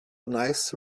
nice